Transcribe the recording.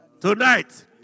Tonight